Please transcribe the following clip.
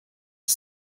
ist